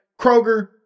Kroger